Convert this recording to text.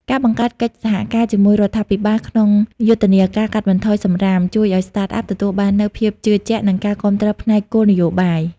ការបង្កើតកិច្ចសហការជាមួយរាជរដ្ឋាភិបាលក្នុងយុទ្ធនាការកាត់បន្ថយសម្រាម ជួយឱ្យ Startup ទទួលបាននូវភាពជឿជាក់ និងការគាំទ្រផ្នែកគោលនយោបាយ។